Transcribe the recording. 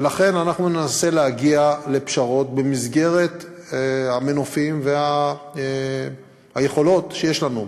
ולכן אנחנו ננסה להגיע לפשרות במסגרת המנופים והיכולות שיש לנו.